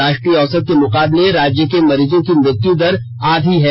राष्ट्रीय औसत के मुकाबले राज्य में मरीजों की मृत्यु दर आधी है